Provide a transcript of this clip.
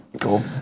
Cool